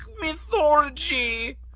mythology